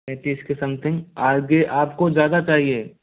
पैंतीस के something R B आपको ज़्यादा चाहिए